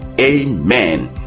Amen